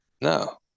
No